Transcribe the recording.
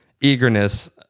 eagerness